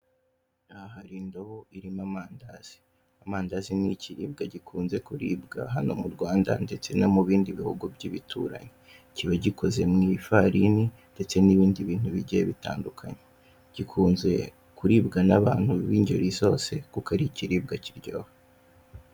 Aha hari indobo irimo, amandazi amadazi ni ikiribwa gikunze kuribwa hano mu Rwanda ndetse no mu bindi bihugu by'ibituranyi, kiba gikoze mu ifarini ndetse n'ibindi bintu bigiye bitandukanye, gikunze kuribwa n'abantu b'ingeri zose kuko ari ikiribwa kiryoha.